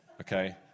okay